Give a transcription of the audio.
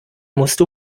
musste